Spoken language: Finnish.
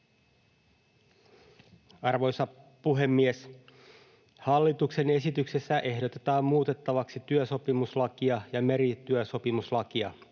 Arvoisa puhemies! Hallituksen esityksessä ehdotetaan muutettavaksi työsopimuslakia ja merityösopimuslakia.